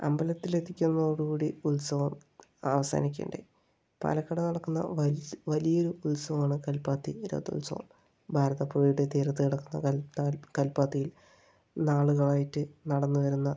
അമ്പലത്തിൽ എത്തിക്കുന്നതോടുകൂടി ഉത്സവം അവസാനിക്കുക ഉണ്ടായി പാലക്കാട് നടക്കുന്ന വലിയൊരു ഉത്സവമാണ് കൽപ്പാത്തി രഥോത്സവം ഭാരതപ്പുഴയുടെ തീരത്ത് നടക്കുന്ന കൽപ്പാ കൽപ്പാത്തി നാളുകളായിട്ട് നടന്നു വരുന്ന